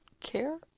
care